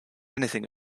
anything